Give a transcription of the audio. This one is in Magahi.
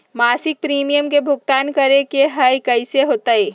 मासिक प्रीमियम के भुगतान करे के हई कैसे होतई?